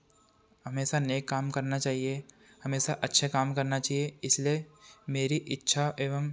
हमेशा नेक काम करना चाहिए हमेशा अच्छे काम करना चाहिए इसलिए मेरी इच्छा एवं